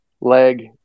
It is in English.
leg